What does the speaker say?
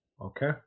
Okay